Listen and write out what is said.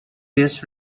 this